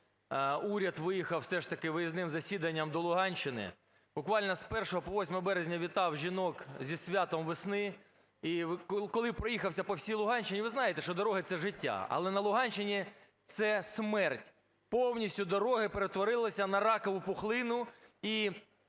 уряд виїхав, все ж таки виїзним засіданням до Луганщини. Буквально, з 1 по 8 березня вітав жінок зі святом весни. І, коли проїхався по всій Луганщині, ви знаєте, що дороги – це життя, а на Луганщині – це смерть. Повністю дороги перетворилися на ракову пухлину, і